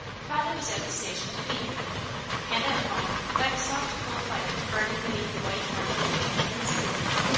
father was at the station to meet her and at home, by the soft-coal fire burning beneath the white marble mantel in the sitting-room,